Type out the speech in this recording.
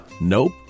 Nope